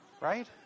right